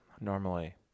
Normally